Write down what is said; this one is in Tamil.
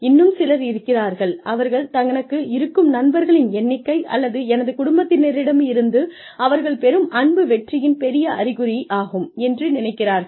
இன்னும் சிலர் இருக்கிறார்கள் அவர்கள் தனக்கு இருக்கும் நண்பர்களின் எண்ணிக்கை அல்லது எனது குடும்பத்தினரிடம் இருந்து அவர்கள் பெறும் அன்பு வெற்றியின் பெரிய அறிகுறியாகும் என்று நினைக்கிறார்கள்